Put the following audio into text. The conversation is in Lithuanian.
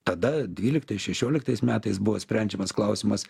tada dvyliktais šešioliktais metais buvo sprendžiamas klausimas